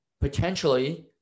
potentially